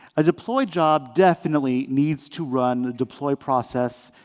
a deployed job definitely needs to run the deploy process,